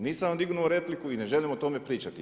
Nisam vam dignuo repliku i ne želim o tome pričati.